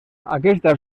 aquesta